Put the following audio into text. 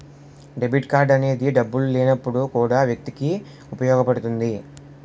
debit card అనేది డబ్బులు లేనప్పుడు కూడా వ్యక్తికి ఉపయోగపడుతుంది